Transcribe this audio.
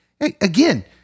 Again